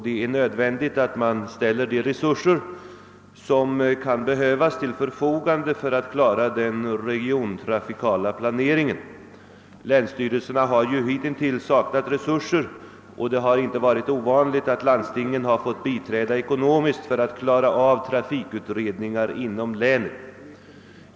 Det är nödvändigt att man ställer de resurser till förfogande som behövs för att klara den regionala trafikplaneringen. Länsstyrelserna har hitintills saknat resurser, och det har inte varit ovanligt att landstingen fått biträda ekonomiskt för att klara av trafikutredningar inom länet.